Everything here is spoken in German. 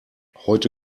heute